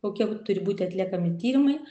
kokie turi būti atliekami tyrimai